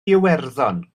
iwerddon